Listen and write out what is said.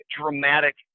dramatic